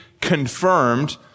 confirmed